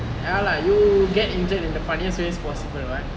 ya lah you get injured in the funniest ways possible [what]